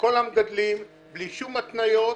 לכל המגדלים, בלי שום התניות.